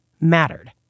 mattered